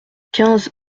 quinze